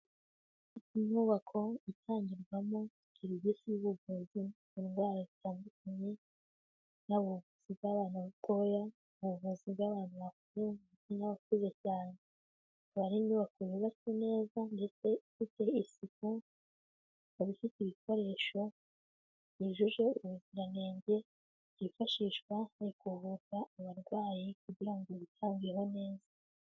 Inyubako itangirwamo serivisi z'ubuvuzi ku indwara zitandukanye, ni ubuzi bw'abana batoya, ubuvuzi bw'abantu bakuru n'abakuze cyane, ikaba ari inyubako nziza cyane ndetse ifite isuku ikaba ifite ibikoresho byujuje ubuziranenge byifashishwa mu kuvura abarwayi kugira ngo bitabweho neza.